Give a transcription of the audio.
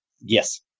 Yes